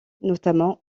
notamment